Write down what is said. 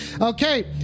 okay